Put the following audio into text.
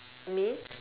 me